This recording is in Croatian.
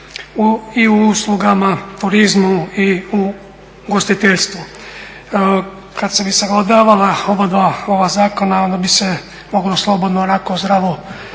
u uslugama, turizmu i u ugostiteljstvu. Kad bi se sagledavala oba ova zakona onda bi se moglo slobodno onako zdravo